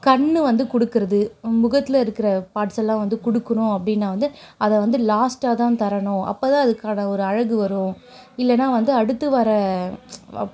கண்ணு வந்து கொடுக்குறது முகத்தில் இருக்கிற பார்ட்ஸெல்லாம் வந்து கொடுக்கணும் அப்படின்னா வந்து அதை வந்து லாஸ்ட்டாக தான் தரணும் அப்போதான் அதுக்கான ஒரு அழகு வரும் இல்லைன்னால் வந்து அடுத்து வர